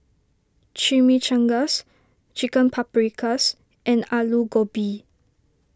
Chimichangas Chicken Paprikas and Alu Gobi